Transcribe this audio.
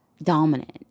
dominant